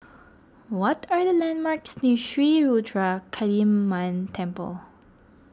what are the landmarks near Sri Ruthra Kaliamman Temple